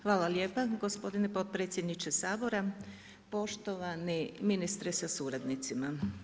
Hvala lijepo gospodine potpredsjedniče Sabora, poštovani ministre sa suradnicima.